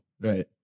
Right